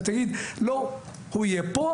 ותגיד "הוא יהיה פה,